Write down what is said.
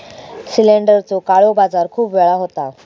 सिलेंडरचो काळो बाजार खूप वेळा होता